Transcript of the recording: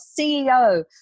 CEO